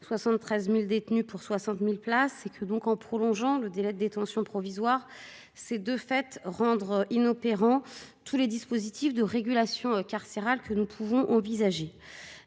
73 000 détenus pour 60 000 places. Prolonger le délai de détention provisoire, c'est de fait rendre inopérants tous les dispositifs de régulation carcérale que nous pouvons envisager.